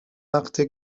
وقته